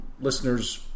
listeners